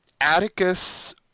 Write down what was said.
Atticus